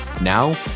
now